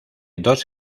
dos